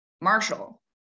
Marshall